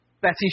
Betty